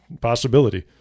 possibility